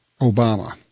Obama